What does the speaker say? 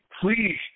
please